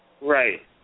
Right